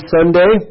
Sunday